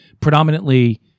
predominantly